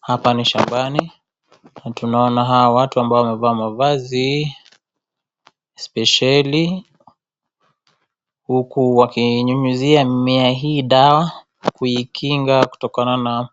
Hapa ni shambani, na tunaona hawa watu ambao wamevaa mavazi spesheli , huku wakiinyunyuzia mimea hii dawa, kuikinga kutokana na